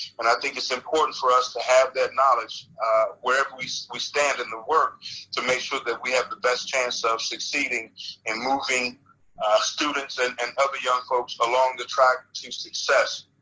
and i think it's important for us to have that knowledge wherever we we stand in the work to make sure that we have the best chance of succeeding in moving students and and other young folks along the track to success,